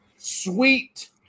sweet